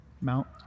Mount